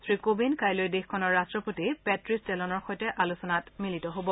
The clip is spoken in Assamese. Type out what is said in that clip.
শ্ৰীকোবিন্দ কাইলৈ দেশখনৰ ৰাট্টপতি পেট্টিচ টেলনৰ সৈতে আলোচনাত মিলিত হব